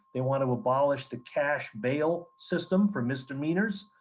they want to abolish the cash bail system for misdemeanors